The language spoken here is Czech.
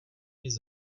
nic